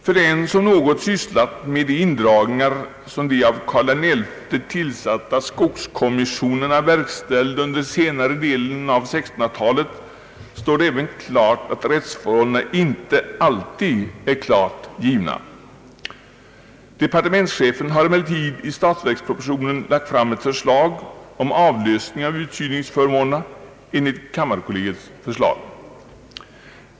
För den som något sysslat med de indragningar som de av Karl XI tillsatta skogskommissionerna verkställde under senare delen av 1600-talet står: det nog även klart att rättsförhållandena inte alltid är givna. Departementschefen har emellertid i statsverkspropositionen lagt fram ett förslag om avlösning av utsyningsförmånerna enligt kammarkollegiets förslag.